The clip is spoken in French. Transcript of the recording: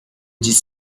dix